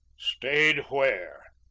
stayed where?